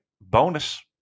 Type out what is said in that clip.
bonus